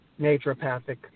naturopathic